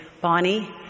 Bonnie